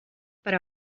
per